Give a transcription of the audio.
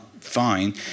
fine